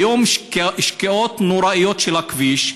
היו שקיעות נוראיות של הכביש,